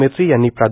मेत्री यांनी प्रा